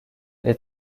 les